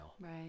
Right